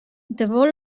davo